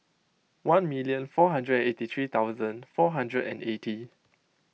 one million four hundred and eighty three thousand four hundred and eighty